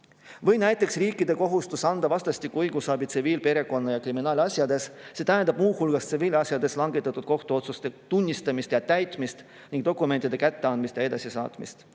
Või näiteks riikide kohustus anda vastastikust õigusabi tsiviil-, perekonna- ja kriminaalasjades. See tähendab muu hulgas tsiviilasjades langetatud kohtuotsuste tunnistamist ja täitmist ning dokumentide kätteandmist ja edasisaatmist.